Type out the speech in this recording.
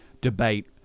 debate